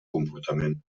comportament